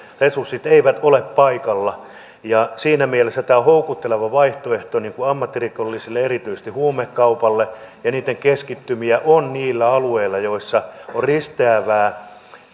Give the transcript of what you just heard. resurssit eivät ole paikalla siinä mielessä tämä on houkutteleva vaihtoehto ammattirikollisille erityisesti huumekaupalle ja niitten keskittymisiä on niillä alueilla joilla on risteävää